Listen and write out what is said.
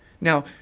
Now